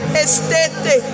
estete